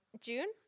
June